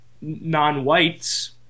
non-whites